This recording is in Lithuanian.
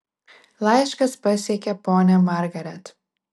laiškas pasiekė ponią margaret